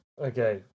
Okay